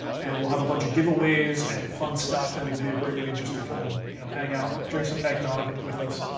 and we'll have a bunch of giveaways and fun stuff and it'll be a great way just to come and you know hang out, drink some eggnog with us.